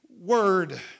word